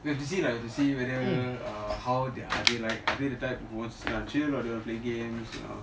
we have to see lah we have to see whether uh how are they like are they the type who wants to chill or they want to play games